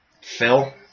Phil